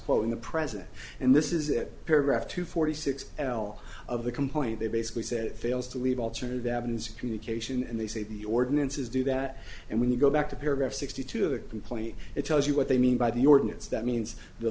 quo in the present and this is it paragraph two forty six l of the complaint they basically said it fails to leave alter the avenues of communication and they say the ordinances do that and when you go back to paragraph sixty two of the complaint it tells you what they mean by the ordinance that means the